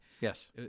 yes